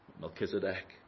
Melchizedek